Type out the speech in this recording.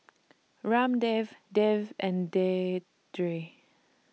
Ramdev Dev and Vedre